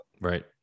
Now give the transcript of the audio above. Right